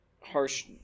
harsh